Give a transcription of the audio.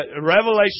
revelation